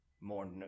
more